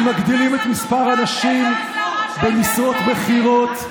אנחנו מגדילים את מספר הנשים במשרות בכירות,